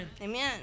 Amen